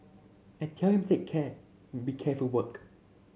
I tell him take care be careful work